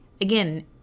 again